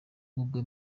ubwo